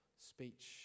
speech